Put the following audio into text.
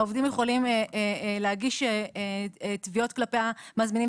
העובדים יכולים להגיש תביעות כלפי המזמינים,